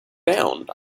bound